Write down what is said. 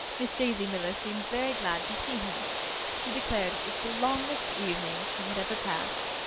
miss daisy miller seemed very glad to see him she declared it was the longest evening she had ever passed.